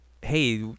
hey